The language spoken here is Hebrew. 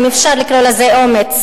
אם אפשר לקרוא לזה אומץ,